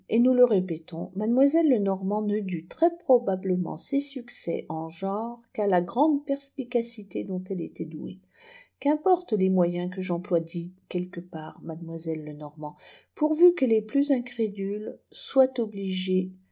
et nous le répétons mademoiselle lenormant ne dut très probablement ses sjuccès en ce genre qu'à la grande perspicacité dont elle était douée qu'importent les moyens que jempjoie dit quelque part mademoiselle lenormant pourvu que les plus incrédules soient obligés